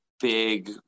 big